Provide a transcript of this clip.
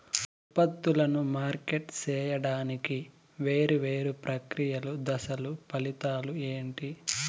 ఉత్పత్తులను మార్కెట్ సేయడానికి వేరువేరు ప్రక్రియలు దశలు ఫలితాలు ఏంటి?